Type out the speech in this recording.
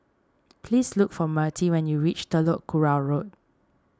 please look for Mertie when you reach Telok Kurau Road